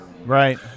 Right